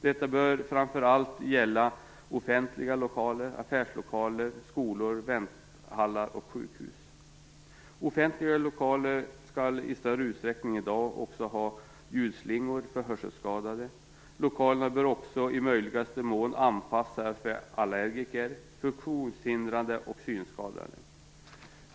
Detta bör framför allt gälla offentliga lokaler, affärslokaler, skolor, vänthallar och sjukhus. Offentliga lokaler skall i större utsträckning än i dag ha ljudslingor för hörselskadade. Lokalerna bör också i möjligaste mån anpassas för allergiker, funktionshindrade och synskadade.